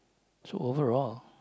so overall